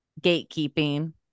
gatekeeping